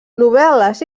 novel·les